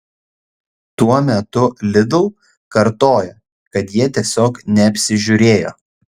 tuo metu lidl kartoja kad jie tiesiog neapsižiūrėjo